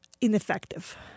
ineffective